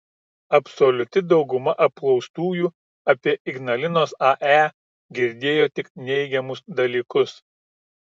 absoliuti dauguma apklaustųjų apie ignalinos ae girdėjo tik neigiamus dalykus